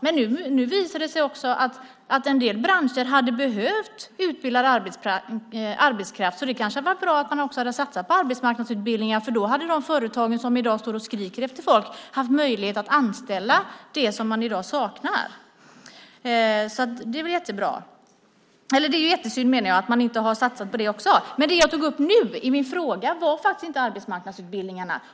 Men nu visar det sig också att en del branscher hade behövt utbildad arbetskraft, så det kanske hade varit bra om man också hade satsat på arbetsmarknadsutbildningar. Då hade de företag som i dag står och skriker efter folk haft möjlighet att anställa dem som man i dag saknar. Det är jättesynd att man inte har satsat på det också. Det jag tog upp nu i min fråga var inte arbetsmarknadsutbildningarna.